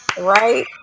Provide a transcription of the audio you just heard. Right